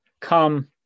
come